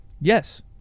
Yes